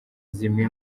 zimwe